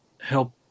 help